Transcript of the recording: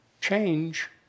change